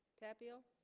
tapio